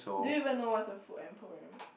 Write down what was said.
do you even know what is a food emporium